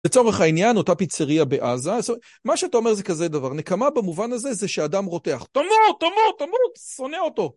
לצורך העניין, אותה פיצריה בעזה, מה שאתה אומר זה כזה דבר, נקמה במובן הזה זה שאדם רותח. תמות, תמות, תמות, שונא אותו.